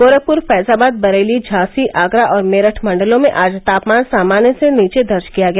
गोरखपुर फैजाबाद बरेली झांसी आगरा और मेरठ मंडलों में आज तापमान सामान्य से नीचे दर्ज किया गया